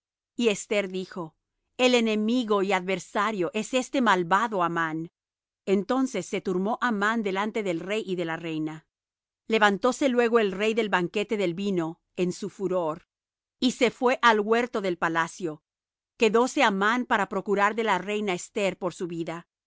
y esther dijo el enemigo y adversario es este malvado amán entonces se turbó amán delante del rey y de la reina levantóse luego el rey del banquete del vino en su furor y se fué al huerto del palacio y quedóse amán para procurar de la reina esther por su vida